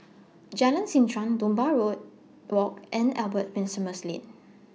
Jalan Seh Chuan Dunbar War Walk and Albert Winsemius Lane